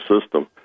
system